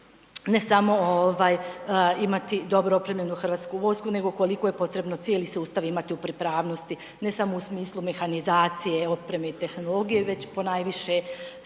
ne samo ovaj imati dobro opremljenu HV nego koliko je potrebno cijeli sustav imati u pripravnosti, ne samo u smislu mehanizacije, otpreme i tehnologije, već ponajviše spremnosti